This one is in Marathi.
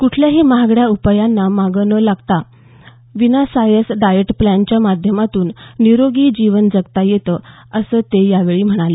कुठल्याही महागड्या उपायांच्या मागं न लागता विनासायास डाएट प्रॅनच्या माध्यमातून निरोगी जीवन जगता येतं असं ते यावेळी म्हणाले